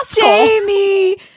Jamie